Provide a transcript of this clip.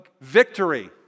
victory